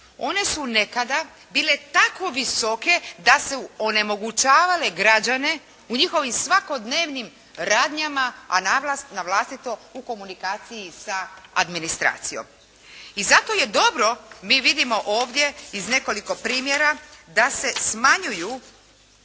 One su nekada bile tako visoke da su onemogućavale građane u njihovim svakodnevnim radnjama a na vlastito u komunikaciji s administracijom. I zato je dobro, mi vidimo ovdje iz nekoliko primjera, da se smanjuje